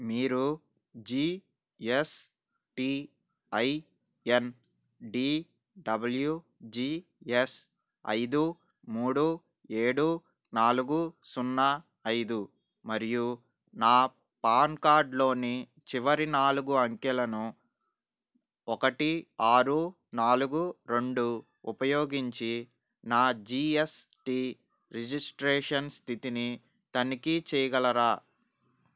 మీరు G S T I N D W G S ఐదు మూడు ఏడు నాలుగు సున్నా ఐదు మరియు నా పాన్కార్డ్లోని చివరి నాలుగు అంకెలను ఒకటి ఆరు నాలుగు రెండు ఉపయోగించి నా జీ ఎస్ టీ రిజిస్ట్రేషన్ స్థితిని తనిఖీ చేయగలరా